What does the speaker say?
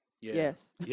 Yes